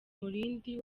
umurindi